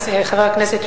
חבר הכנסת,